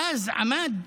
ואז עמד